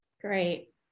Great